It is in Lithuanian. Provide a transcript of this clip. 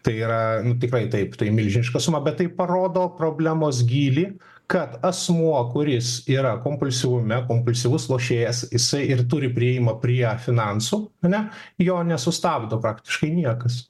tai yra tikrai taip tai milžiniška suma bet tai parodo problemos gylį kad asmuo kuris yra kompulsyvume kompulsyvus lošėjas jisai ir turi priėjimą prie finansų ane jo nesustabdo praktiškai niekas